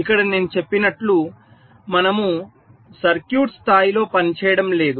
ఇక్కడ నేను చెప్పినట్లు మనము సర్క్యూట్ స్థాయిలో పనిచేయడం లేదు